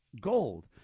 gold